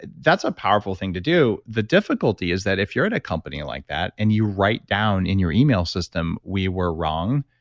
that's a powerful thing to do. the difficulty is that if you're in a company like that and you write down in your email system, we were wrong,